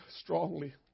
strongly